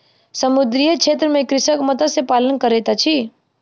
समुद्रीय क्षेत्र में कृषक मत्स्य पालन करैत अछि